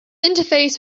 interface